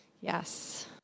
Yes